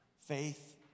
faith